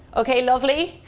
okay, lovely.